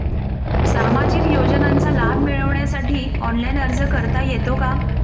सामाजिक योजनांचा लाभ मिळवण्यासाठी ऑनलाइन अर्ज करता येतो का?